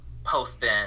Posting